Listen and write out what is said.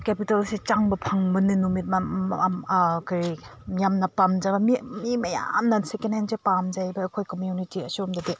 ꯀꯦꯄꯤꯇꯦꯜꯁꯦ ꯆꯪꯕ ꯐꯪꯕꯅꯤ ꯅꯨꯃꯤꯠ ꯀꯔꯤ ꯌꯥꯝꯅ ꯄꯥꯝꯖꯕ ꯃꯤ ꯃꯤ ꯃꯌꯥꯝꯅ ꯁꯦꯀꯦꯟꯍꯦꯟꯁꯦ ꯄꯥꯝꯖꯩꯕ ꯑꯩꯈꯣꯏ ꯀꯃ꯭ꯌꯨꯅꯤꯇꯤ ꯑꯁꯣꯝꯗꯗꯤ